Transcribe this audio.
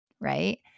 right